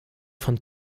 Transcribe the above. von